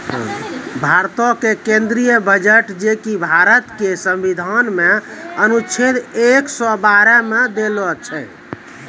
भारतो के केंद्रीय बजट जे कि भारत के संविधान मे अनुच्छेद एक सौ बारह मे देलो छै